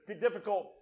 difficult